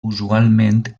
usualment